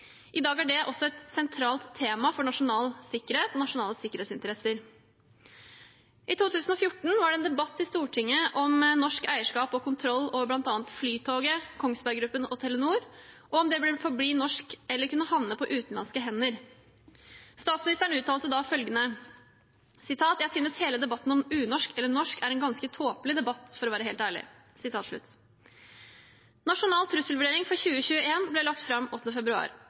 I dag er det også et sentralt tema for nasjonal sikkerhet og nasjonale sikkerhetsinteresser. I 2014 var det en debatt i Stortinget om norsk eierskap og kontroll over bl.a. Flytoget, Kongsberg Gruppen og Telenor, og om det ville forbli norsk eller kunne havne på utenlandske hender. Statsministeren uttalte da følgende: «Jeg synes hele debatten om unorsk eller norsk er en ganske tåpelig debatt, for å være helt ærlig.» Nasjonal trusselvurdering for 2021 ble lagt fram 8. februar.